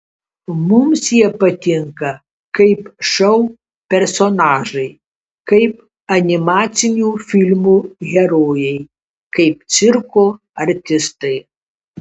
mums jie patinka kaip šou personažai kaip animacinių filmų herojai kaip cirko artistai